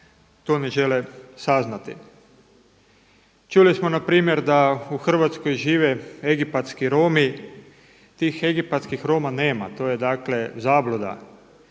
to ne žele saznati. Čuli smo npr. da u Hrvatskoj žive egipatski Romi, tih egipatskih Roma nema, to je zabluda